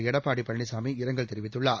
எடப்பாடி பழனிசாமி இரங்கல் தெரிவித்துள்ளார்